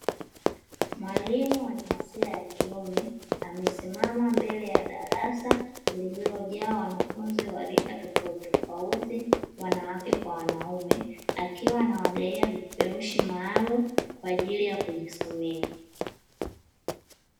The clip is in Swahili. Mwalimu wa jinsia ya kiume amesimama mbele ya darasa lililojaa wanafunzi wa rika tofauti tofauti, wanawake kwa wanaume akiwa anawagaia vipeperushi maalumu kwa ajili ya kujisomea.